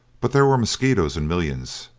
but there were mosquitos in millions,